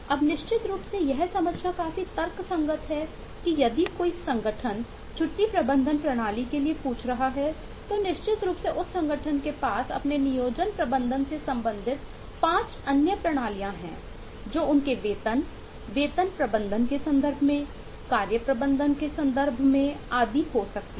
अब निश्चित रूप से यह समझना काफी तर्कसंगत है कि यदि कोई संगठन छुट्टी प्रबंधन प्रणाली के लिए पूछ रहा है तो निश्चित रूप से उस संगठन के पास अपने नियोजन प्रबंधन से संबंधित 5 अन्य प्रणालियां हैं जो उनके वेतन वेतन प्रबंधन के संदर्भ में कार्य प्रबंधन के संदर्भ में आदि हो सकती हैं